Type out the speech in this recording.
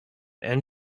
and